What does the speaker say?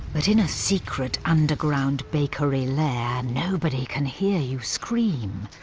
but in a secret underground bakery lair, nobody can hear you scream.